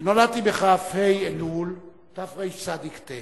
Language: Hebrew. שנולדתי בכ"ה באלול התרצ"ט,